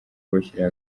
kubashyira